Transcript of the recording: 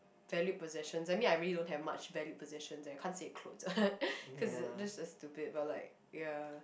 valued possessions I mean I really don't have much valued possessions I can't say clothes cause that's just stupid but like ya